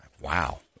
Wow